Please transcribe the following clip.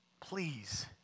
please